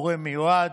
הורה מיועד.